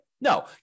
No